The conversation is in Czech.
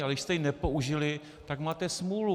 Ale když jste ji nepoužili, tak máte smůlu.